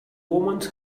omens